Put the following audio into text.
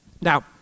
Now